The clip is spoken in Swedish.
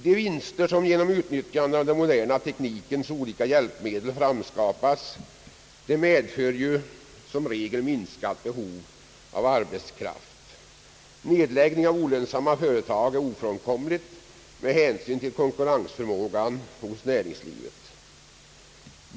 De vinster som genom utnyttjande av den moderna teknikens olika hjälpmedel framskapas medför som regel minskat behov av arbetskraft. Nedläggning av olönsamma företag är ofrånkomligt med hänsyn till konkurrensförmågan hos näringslivet.